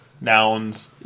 nouns